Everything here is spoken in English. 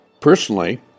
Personally